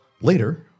later